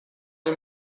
him